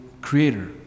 creator